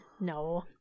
No